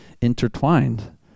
intertwined